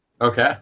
Okay